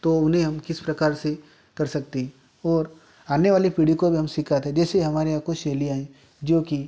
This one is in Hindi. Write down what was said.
तो उन्हें हम किस प्रकार से कर सकते हैं और आने वाले पीढ़ी को भी हम सिखाते हैं देसे हमारे यहाँ कुस्स शैलियाँ हैं जो कि